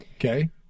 Okay